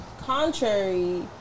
contrary